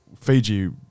Fiji